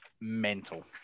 mental